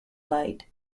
light